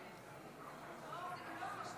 נמנע.